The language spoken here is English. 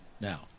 Now